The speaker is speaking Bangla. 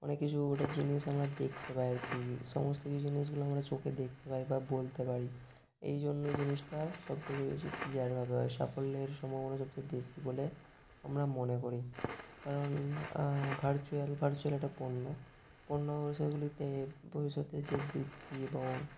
অনেক কিছু ওটা জিনিস আমরা দেখতে পাই আর কি সমস্ত কিছু জিনিসগুলো আমরা চোখে দেখতে পাই বা বলতে পারি এই জন্য জিনিসটা সবথেকে বেশি ক্লিয়ারভাবে হয় সাফল্যের সম্ভাবনা সবচেয়ে বেশি বলে আমরা মনে করি কারণ ভার্চুয়াল ভার্চুয়াল এটা পণ্য পণ্য পরিষেবাগুলিতে ভবিষ্যতে যে বৃদ্ধি এবং